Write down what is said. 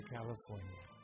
California